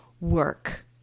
work